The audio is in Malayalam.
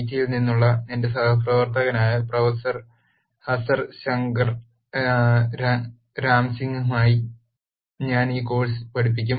ടിയിൽ നിന്നുള്ള എന്റെ സഹപ്രവർത്തകനായ പ്രൊഫസർ ശങ്കർ നാരസിംഹനുമായി ഞാൻ ഈ കോഴ് സ് പഠിപ്പിക്കും